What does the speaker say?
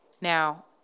Now